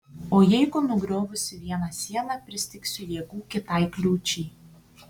o jeigu nugriovusi vieną sieną pristigsiu jėgų kitai kliūčiai